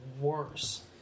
worse